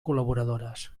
col·laboradores